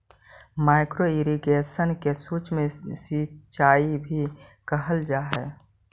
micro irrigation के सूक्ष्म सिंचाई भी कहल जा हइ